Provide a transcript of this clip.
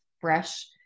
fresh